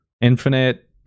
infinite